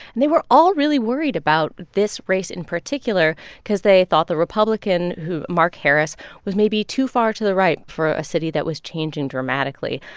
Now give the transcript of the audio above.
and they were all really worried about this race in particular because they thought the republican, who mark harris was maybe too far to the right for a city that was changing dramatically.